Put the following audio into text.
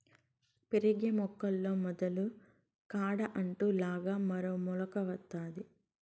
పెరిగే మొక్కల్లో మొదలు కాడ అంటు లాగా మరో మొలక వత్తాది